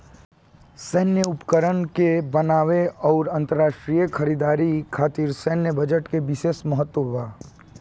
सैन्य उपकरण के बनावे आउर अंतरराष्ट्रीय खरीदारी खातिर सैन्य बजट के बिशेस महत्व बा